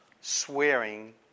swearing